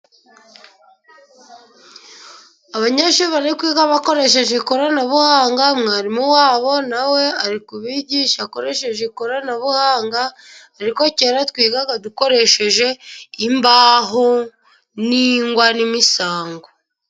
Abanyeshuri bari kwiga bakoresheje ikoranabuhanga, mwarimu wabo na we ari ku bigisha akoresheje ikoranabuhanga, ariko kera twigaga dukoresheje imbaho, n'ingwa n'imisango.